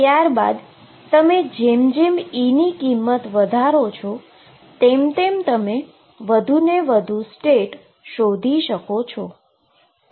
ત્યારબાદ તમે E ની કિંમત જેમ જેમ વધારો છો તેમ ને તેમ વધુ ને વધુ સ્ટેટ શોધી શકો છો